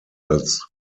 als